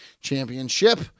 Championship